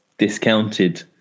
discounted